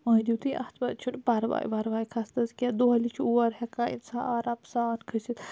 مہنو تہِ اَتھ منٛز چھُنہٕ پَرواے وَرواے کھسنَس کیٚنٛہہ دۄہلہِ چھُ اور ہیٚکان اِنسان آرام سان کھٔسِتھ